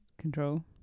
control